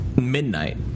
midnight